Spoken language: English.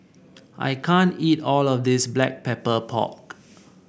I can't eat all of this Black Pepper Pork